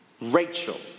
Rachel